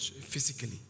physically